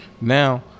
Now